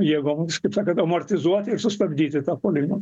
jėgomis kaip sakant amortizuoti ir sustabdyti tą puolimą